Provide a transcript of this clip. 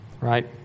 right